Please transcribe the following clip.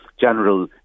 general